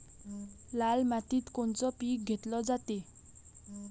लाल मातीत कोनचं पीक घेतलं जाते?